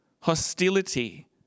hostility